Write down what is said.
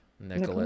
Nicholas